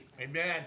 Amen